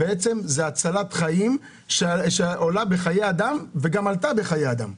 בעצם זה הצלת חיים שעולה בחיי אדם וגם עלתה בחיי אדם.